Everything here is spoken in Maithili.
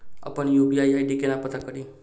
अप्पन यु.पी.आई आई.डी केना पत्ता कड़ी?